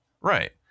Right